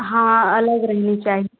हाँ अलग रहनी चाहिए